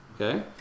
Okay